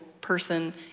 person